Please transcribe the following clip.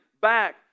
back